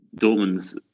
Dortmund's